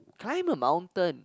climb a mountain